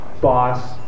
boss